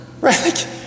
Right